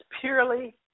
purely